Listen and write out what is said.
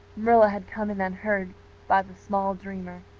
marilla had come in unheard by the small dreamer.